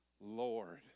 Lord